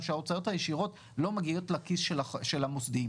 שההוצאות הישירות לא מגיעות לכיס של המוסדיים.